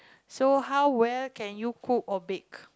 so how well can you cook or bake